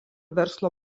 verslo